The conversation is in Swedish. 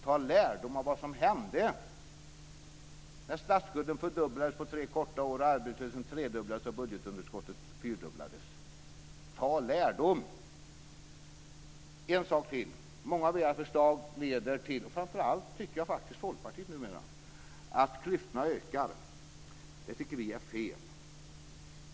Dra lärdom av vad som hände när statsskulden fördubblades på tre korta år, när arbetslösheten tredubblades och när budgetunderskottet fyrdubblades. Dra lärdom! En sak till. Många av era förslag - framför allt Folkpartiets numera - leder till att klyftorna ökar. Det tycker vi är fel.